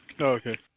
Okay